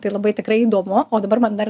tai labai tikrai įdomu o dabar man dar